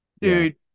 dude